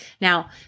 Now